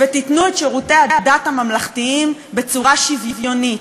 ותיתנו את שירותי הדת הממלכתיים בצורה שוויונית,